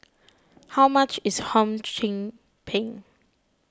how much is Hum Chim Peng